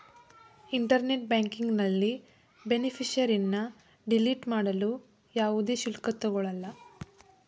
internet ಬ್ಯಾಂಕಿಂಗ್ನಲ್ಲಿ ಬೇನಿಫಿಷರಿನ್ನ delete ಮಾಡಲು ಯಾವುದೇ ಶುಲ್ಕ ತಗೊಳಲ್ಲ